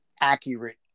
accurate